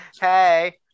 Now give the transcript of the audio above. Hey